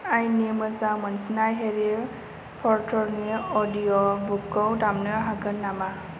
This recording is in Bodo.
आंनि मोजां मोनसिन्नाय हेरी पत्तरनि अदिय' बुकखौ दामनो हागोन नामा